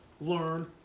learn